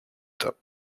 tas